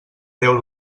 déu